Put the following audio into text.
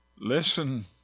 Listen